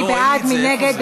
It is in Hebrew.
מי נגד?